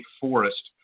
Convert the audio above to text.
Forest